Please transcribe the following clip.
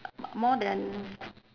more than f~